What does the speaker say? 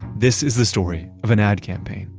this is the story of an ad campaign,